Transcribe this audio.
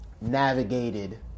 navigated